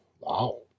wow